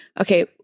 okay